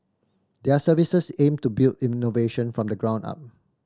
their services aim to build innovation from the ground up